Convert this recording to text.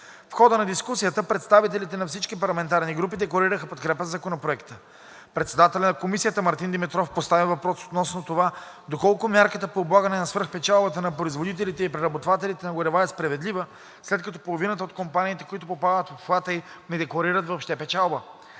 В хода на дискусията представителите на всички парламентарни групи декларираха подкрепа на Законопроекта. Председателят на Комисията Мартин Димитров постави въпрос относно това доколко мярката по облагане на свръхпечалбата на производителите и преработвателите на горива е справедлива, след като половината от компаниите, които попадат в обхвата ѝ, не декларират въобще печалба.